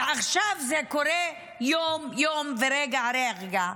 ועכשיו זה קורה יום-יום ורגע-רגע.